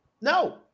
No